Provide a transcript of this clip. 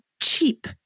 cheap